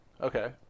Okay